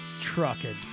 Trucking